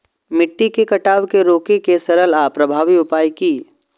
मिट्टी के कटाव के रोके के सरल आर प्रभावी उपाय की?